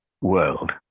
world